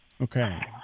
Okay